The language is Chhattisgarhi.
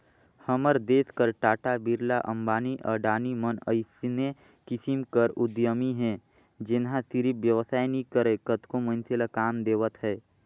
हमर देस कर टाटा, बिरला, अंबानी, अडानी मन अइसने किसिम कर उद्यमी हे जेनहा सिरिफ बेवसाय नी करय कतको मइनसे ल काम देवत हे